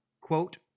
quote